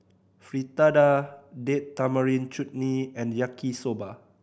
Fritada Date Tamarind Chutney and Yaki Soba